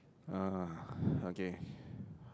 ah okay